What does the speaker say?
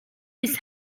this